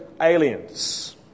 aliens